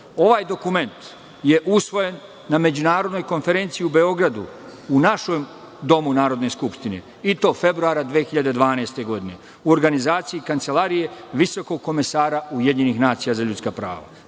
Ovaj dokument je usvojen na međunarodnoj konferenciji u Beogradu u našem Domu Narodne skupštine i to februara 2012. godine u organizaciji Kancelarije visokog komesara UN za ljudska prava,